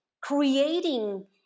creating